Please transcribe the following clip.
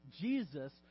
Jesus